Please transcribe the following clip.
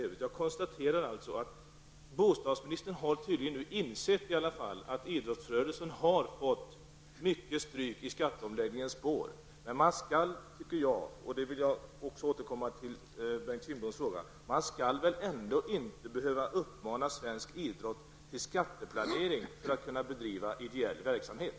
Men jag konstaterar att bostadsministern tydligen har insett att idrottsrörelsen har fått mycket stryk i skatteomläggningens spår. Man skall väl ändå inte behöva uppmana svensk idrott till skatteplanering för att kunna bedriva ideell verksamhet?